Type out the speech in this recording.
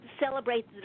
Celebrate